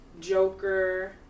Joker